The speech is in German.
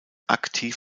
aktiv